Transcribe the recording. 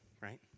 right